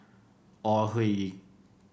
Ore Huiying